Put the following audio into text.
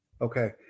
okay